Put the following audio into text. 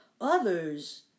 others